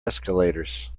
escalators